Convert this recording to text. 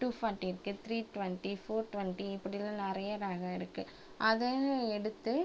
two forty இருக்குது three twenty four twenty இப்படிலாம் நிறைய ரகம் இருக்குது அதை எடுத்து